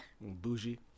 Bougie